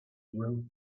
wrote